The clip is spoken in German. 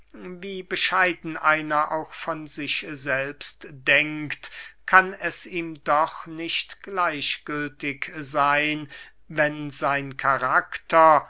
wie bescheiden einer auch von sich selbst denkt kann es ihm doch nicht gleichgültig seyn wenn sein karakter